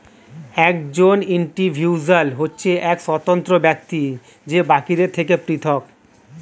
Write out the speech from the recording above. একজন ইন্ডিভিজুয়াল হচ্ছে এক স্বতন্ত্র ব্যক্তি যে বাকিদের থেকে পৃথক